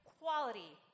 quality